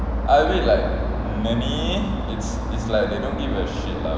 I read like many it's it's like they don't give a shit lah